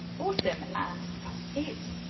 awesome, and that's it.